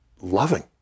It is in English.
loving